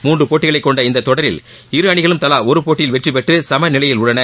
மூன்று போட்டிகளை கொண்ட இந்த தொடரில் இரு அணிகளும் தலா ஒரு போட்டியில் வெற்றி பெற்று சமநிலையில் உள்ளன